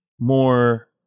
more